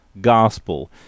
gospel